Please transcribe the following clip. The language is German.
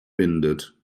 windet